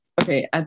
Okay